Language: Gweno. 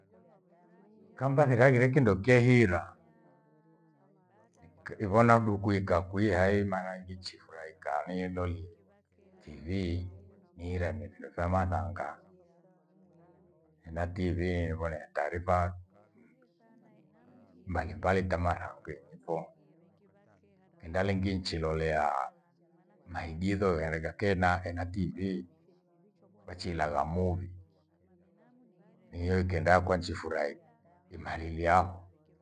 Kamba sighaghire kindo kyahira, ivona mndu kuikakwia hii maana ngichifurai kanyi nitholie Tv nihire andu findo vya mathanga. Ena Tv nivone taarifa mbalimbali tamathangwenyi, ena lingi nichilolea maigizo gharika kena hena Tv. Wachiilagha muvi mio ikenda kwanchi furahi imaririaho.